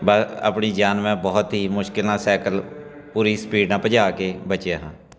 ਬ ਆਪਣੀ ਜਾਨ ਮੈਂ ਬਹੁਤ ਹੀ ਮੁਸ਼ਕਲ ਨਾਲ ਸਾਇਕਲ ਪੂਰੀ ਸਪੀਡ ਨਾਲ ਭਜਾ ਕੇ ਬਚਿਆ ਹਾਂ